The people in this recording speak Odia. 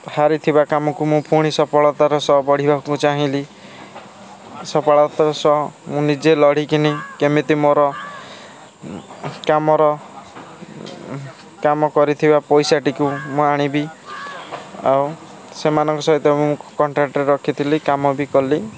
ହାରିଥିବା କାମକୁ ମୁଁ ପୁଣି ସଫଳତାର ସହ ବଢ଼ିବାକୁ ଚାହିଁଲି ସଫଳତାର ସହ ମୁଁ ନିଜେ ଲଢ଼ିକିନି କେମିତି ମୋର କାମର କାମ କରିଥିବା ପଇସାଟିକୁ ମୁଁ ଆଣିବି ଆଉ ସେମାନଙ୍କ ସହିତ ମୁଁ କଣ୍ଟାକ୍ଟ୍ରେ ରଖିଥିଲି କାମ ବି କଲି